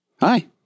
Hi